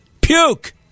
puke